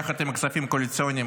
יחד עם הכספים הקואליציוניים,